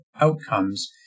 outcomes